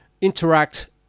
interact